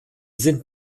sind